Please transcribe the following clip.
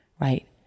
right